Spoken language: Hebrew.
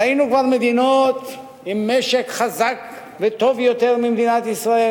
ראינו כבר מדינות עם משק חזק וטוב יותר ממדינת ישראל,